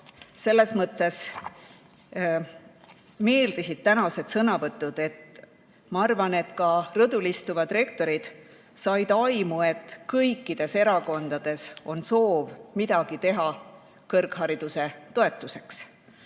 selles mõttes väga meeldisid tänased sõnavõtud. Ma arvan, et ka rõdul istuvad rektorid said aimu, et kõikides erakondades on soov midagi teha kõrghariduse toetuseks.